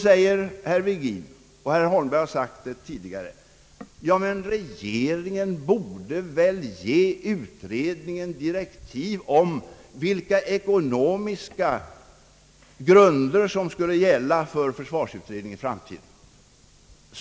Herr Virgin sade — och herr Holmberg har sagt det tidigare — att regeringen väl borde ge utredningen direktiv om vilka ekonomiska grunder som skulle gälla för försvarsutredningen i framtiden.